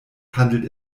handelt